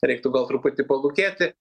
reiktų gal truputį palūkėti